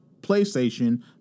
PlayStation